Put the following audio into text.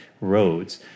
roads